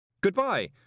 Goodbye